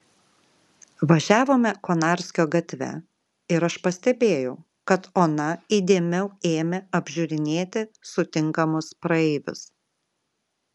važiavome konarskio gatve ir aš pastebėjau kad ona įdėmiau ėmė apžiūrinėti sutinkamus praeivius